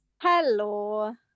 Hello